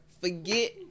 forget